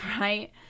Right